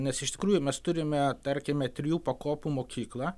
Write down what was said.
nes iš tikrųjų mes turime tarkime trijų pakopų mokyklą